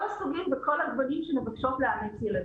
הסוגים וכל הגוונים שמבקשות לאמץ ילדים.